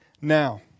now